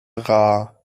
rar